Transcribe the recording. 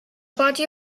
party